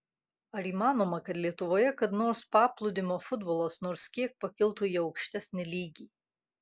ar įmanoma kad lietuvoje kada nors paplūdimio futbolas nors kiek pakiltų į aukštesnį lygį